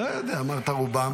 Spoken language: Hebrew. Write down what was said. לא יודע, אמרת "רובם".